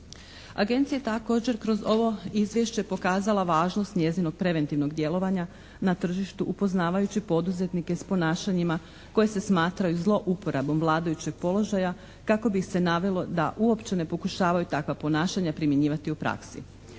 Agencija je također kroz ovo izvješće pokazala važnost njezinog preventivnog djelovanja na tržištu upoznavajući poduzetnike s ponašanjima koje se smatraju zlouporabom vladajućeg položaja kako bi ih se navelo da uopće ne pokušavaju takva ponašanja primjenjivati u praksi.